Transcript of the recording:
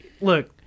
look